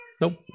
Nope